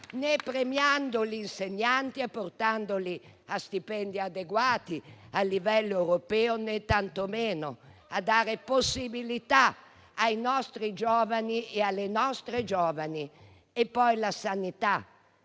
né premiando gli insegnanti e portandoli a stipendi adeguati a livello europeo, né tantomeno dando possibilità ai nostri giovani e alle nostre giovani. Quanto alla sanità,